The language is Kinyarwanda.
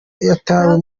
yatawe